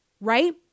right